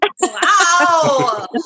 Wow